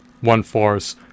one-fourth